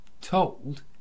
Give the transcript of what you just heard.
told